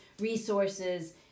resources